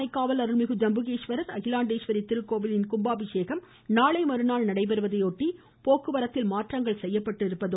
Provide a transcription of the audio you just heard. திருச்சி திருவானைக்காவல் அருள்மிகு ஜம்புகேஸ்வரர் அகிலாண்டேஸ்வரி திருக்கோவில் கும்பாபிஷேகம் நாளை மறுநாள் நடைபெறுவதையொட்டி போக்குவரத்தில் பல்வேறு மாற்றங்கள் செய்யப்பட்டுள்ளது